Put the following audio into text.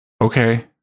okay